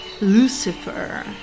Lucifer